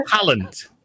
talent